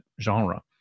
genre